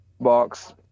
Box